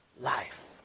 life